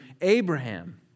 Abraham